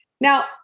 Now